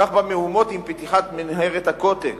כך במהומות עם פתיחת מנהרת הכותל